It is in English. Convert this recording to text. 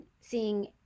seeing